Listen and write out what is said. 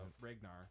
Ragnar